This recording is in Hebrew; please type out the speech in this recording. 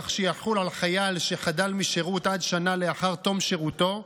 כך שיחול על חייל שחדל משירות עד שנה לאחר תום שירותו,